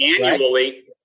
annually